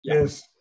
Yes